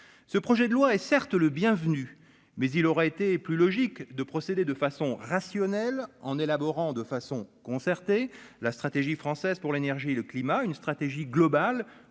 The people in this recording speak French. ce projet de loi est certes le bienvenu, mais il aurait été plus logique de procéder de façon rationnelle en élaborant de façon concertée, la stratégie française pour l'énergie et le climat une stratégie globale